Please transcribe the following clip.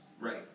Right